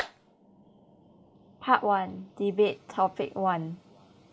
part one debate topic one